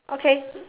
okay